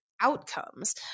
outcomes